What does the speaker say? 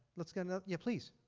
let's get another yeah, please.